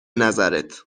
نظرت